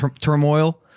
turmoil